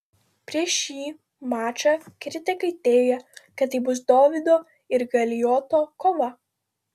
prieš šį mačą kritikai teigė kad tai bus dovydo ir galijoto kova